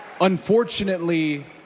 unfortunately